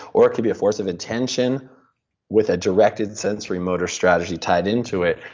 or it could be a force of intention with a directed sensory motor strategy tied into it,